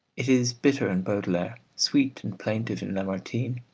it is bitter in baudelaire, sweet and plaintive in lamartine,